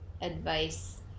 advice